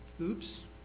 Oops